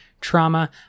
trauma